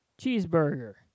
Cheeseburger